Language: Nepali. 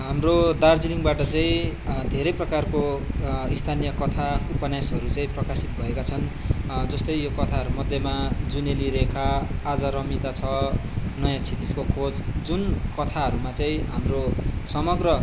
हाम्रो दार्जिलिङबाट चाहिँ धेरै प्रकारको स्थानीय कथा उपन्यासहरू चाहिँ प्रकाशित भएका छन् जस्तै यो कथाहरूमध्येमा जुनेली रेखा आज रमिता छ नयाँ क्षितिजको खोज जुन कथाहरूमा चाहि हाम्रो समग्र